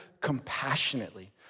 compassionately